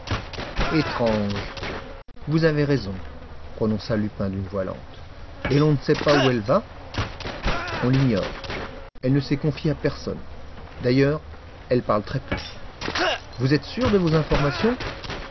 étrange vous avez raison prononça lupin d'une voix lente et l'on ne sait pas où elle va on l'ignore elle ne s'est confiée à personne d'ailleurs elle parle très peu vous êtes sûr de vos informations